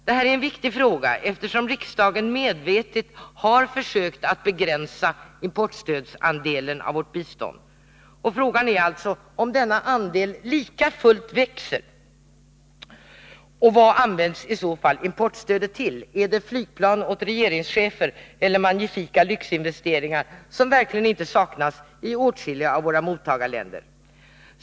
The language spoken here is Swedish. Detta är en viktig fråga, eftersom riksdagen medvetet försökt att begränsa importstödsandelen av vårt bistånd. Frågan är alltså om denna andel likafullt växer? Vad används i så fall importstödet till? Till flygplan åt regeringschefer eller magnifika lyxinvesteringar, vilket verkligen inte saknas i åtskilliga av våra mottagarländer?